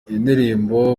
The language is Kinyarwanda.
indirimbo